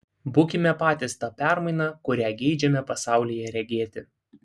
būkime patys ta permaina kurią geidžiame pasaulyje regėti